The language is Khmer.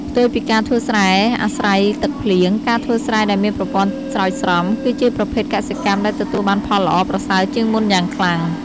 ផ្ទុយពីការធ្វើស្រែអាស្រ័យទឹកភ្លៀង ការធ្វើស្រែដែលមានប្រព័ន្ធស្រោចស្រព គឺជាប្រភេទកសិកម្មដែលទទួលបានផលល្អប្រសើរជាងមុនយ៉ាងខ្លាំង។